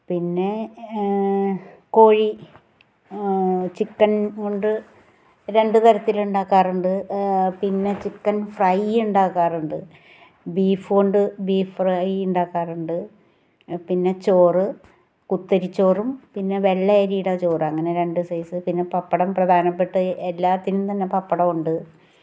പിന്നെ കോഴി ചിക്കൻ കൊണ്ട് രണ്ട് തരത്തിലിണ്ടാക്കാറുണ്ട് പിന്നെ ചിക്കൻ ഫ്രൈയിണ്ടാക്കാറുണ്ട് ബീഫ്ഫ് കൊണ്ട് ബീഫ്ഫ്രൈ ഇണ്ടാക്കാറുണ്ട് പിന്നെ ചോറ് കുത്തരിച്ചോറും പിന്നെ വെള്ള അരീടെ ചോറ് അങ്ങനെ രണ്ട് സൈസ്സ് പിന്നെ പപ്പടം പ്രധാനപ്പെട്ട എല്ലാത്തിനും തന്നെ പപ്പടമുണ്ട്